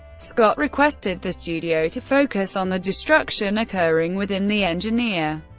scott requested the studio to focus on the destruction occurring within the engineer.